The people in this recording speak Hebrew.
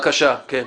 בבקשה, כן.